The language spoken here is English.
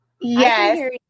Yes